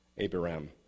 Abiram